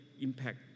impact